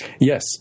Yes